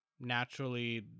Naturally